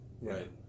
Right